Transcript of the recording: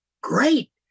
great